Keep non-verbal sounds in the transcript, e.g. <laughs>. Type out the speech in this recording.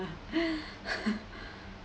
<laughs>